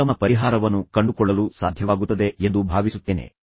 ನೀವು ಉತ್ತಮ ಪರಿಹಾರವನ್ನು ಕಂಡುಕೊಳ್ಳಲು ಸಾಧ್ಯವಾಗುತ್ತದೆ ಎಂದು ನಾನು ಭಾವಿಸುತ್ತೇನೆ